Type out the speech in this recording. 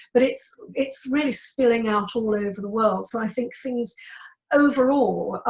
but it's, it's really spilling out all over the world. so i think things overall,